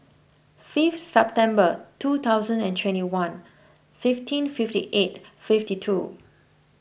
fifth September two thousand and twenty one fifteen fifty eight fifty two